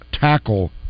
tackle